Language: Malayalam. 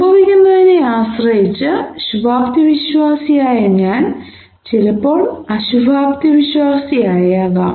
സംഭവിക്കുന്നതിനെ ആശ്രയിച്ചു ശുഭാപ്തിവിശ്വാസിയായ ഞാൻ ചിലപ്പോൾ അശുഭാപ്തിവിശ്വാസിയാകാം